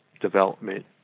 development